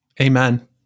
Amen